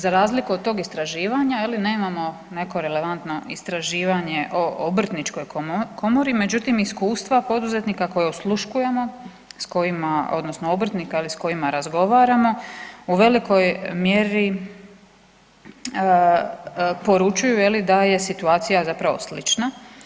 Za razliku od tog istraživanja je li nemamo neko relevantno istraživanje o obrtničkoj komori, međutim iskustva poduzetnika koje osluškujemo i s kojima odnosno obrtnika je li s kojima razgovaramo u velikoj mjeri poručuju je li da je situacija zapravo slična.